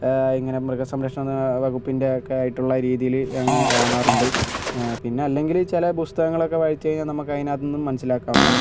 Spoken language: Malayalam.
ഇങ്ങനേ മൃഗ സംരക്ഷണ വകുപ്പിൻ്റെ ഒക്കേ ആയിട്ടുള്ള രീതിയിൽ അങ്ങനേ കാണാറുണ്ട് പിന്നേ അല്ലെങ്കിൽ ചില പുസ്തകങ്ങളൊക്കേ വായിച്ചു കഴിഞ്ഞാൽ നമുക്ക് അതിൻറ്റകത്തുനിന്നും മനസ്സിലാക്കാവുന്നതാണ്